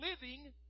living